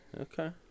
Okay